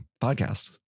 Podcasts